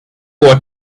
were